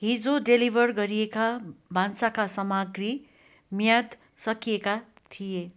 हिजो डेलिभर गरिएका भान्साका सामग्री म्याद सकिएका थिए